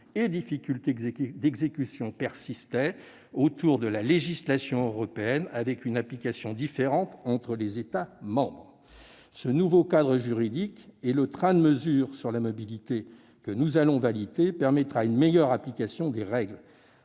et difficultés d'exécution persistaient autour de la législation européenne, avec une application différente entre les États membres. Ce nouveau cadre juridique et le train de mesures sur la mobilité que nous allons valider permettront une meilleure application des règles.